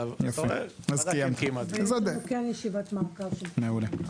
מעולה.